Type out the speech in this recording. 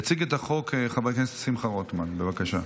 יציג את החוק חבר הכנסת שמחה רוטמן, בבקשה.